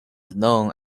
known